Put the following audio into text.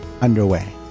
underway